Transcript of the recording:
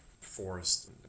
forest